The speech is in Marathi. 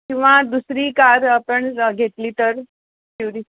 किंवा दुसरी कार आपण ज घेतली तर ट्युरिस्